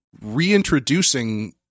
reintroducing